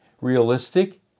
realistic